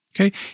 Okay